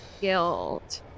guilt